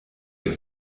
ihr